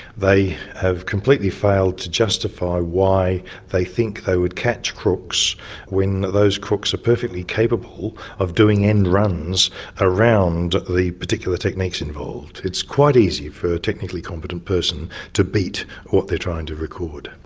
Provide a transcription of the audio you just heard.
they have completely failed to justify why they think they would catch crooks when those crooks are perfectly capable of doing end runs around the particular techniques involved. it's quite easy for a technically competent person to beat what they are trying to record.